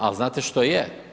Ali, znate što je?